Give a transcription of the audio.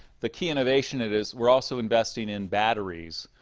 the key innovation of this we're also investing in batteries.